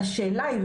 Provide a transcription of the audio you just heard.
השאלה היא,